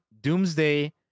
Doomsday